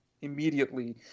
immediately